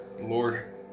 Lord